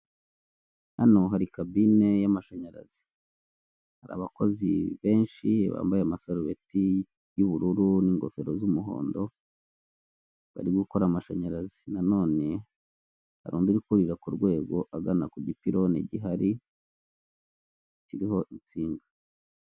Hano hari kabine y'amashanyarazi; hari abakozi benshi bambaye amasarubeti y'ubururu n'ingofero z'umuhondo, bari gukora amashanyarazi. Nanone hari undi uri kurira ku rwego agana ku gipironi gihari, kiriho insinga.